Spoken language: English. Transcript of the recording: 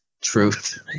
truth